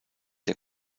der